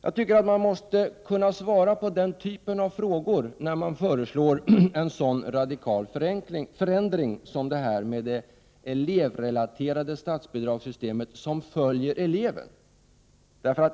Jag anser att man måste kunna svara på den typen av frågor när man föreslår en så radikal förändring som ett elevrelaterat statsbidragssystem med ett bidrag som följer eleven.